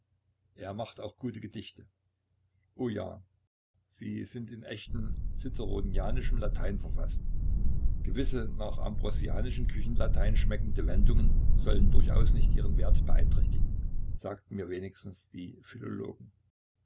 er macht auch gute gedichte oh ja sie sind in echtem ciceronianischen latein verfaßt gewisse nach ambrosianischem küchenlatein schmeckende wendungen sollen durchaus nicht ihren wert beeinträchtigen sagten mir wenigstens die philologen